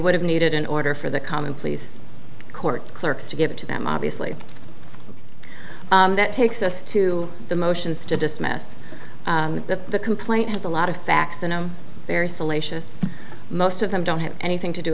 would have needed in order for the common pleas court clerks to give it to them obviously that takes us to the motions to dismiss the complaint has a lot of facts and very salacious most of them don't have anything to do